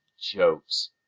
jokes